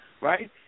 right